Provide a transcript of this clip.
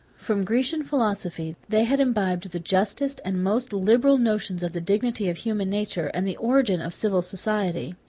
from grecian philosophy, they had imbibed the justest and most liberal notions of the dignity of human nature, and the origin of civil society.